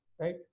right